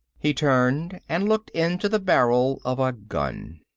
he turned and looked into the barrel of a gun.